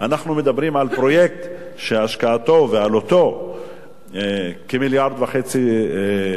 אנחנו מדברים על פרויקט שהשקעתו ועלותו כ-1.5 מיליארד דולר,